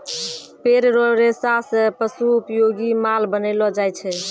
पेड़ रो रेशा से पशु उपयोगी माल बनैलो जाय छै